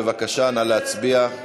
בבקשה, נא להצביע.